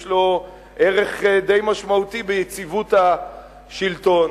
יש לו ערך די משמעותי ביציבות השלטון.